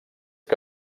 que